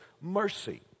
mercy